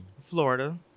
Florida